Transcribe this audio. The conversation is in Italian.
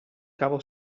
cavo